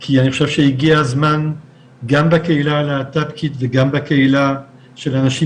כי אני חושב שהגיע הזמן גם בקהילה הלהט"בקית וגם בקהילה של אנשים